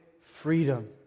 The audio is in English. freedom